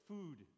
Food